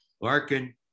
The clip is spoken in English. Larkin